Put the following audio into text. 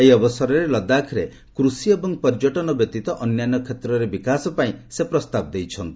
ଏହି ଅବସରରେ ଲଦାଖ୍ରେ କୃଷି ଏବଂ ପର୍ଯ୍ୟଟନ ବ୍ୟତୀତ ଅନ୍ୟାନ୍ୟ କ୍ଷେତ୍ରରେ ବିକାଶ ପାଇଁ ପ୍ରସ୍ତାବ ଦେଇଛନ୍ତି